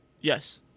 Yes